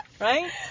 Right